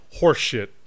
horseshit